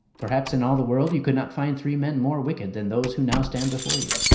perhaps in all the world you could not find three men more wicked than those who now stand before you.